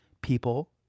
people